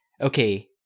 Okay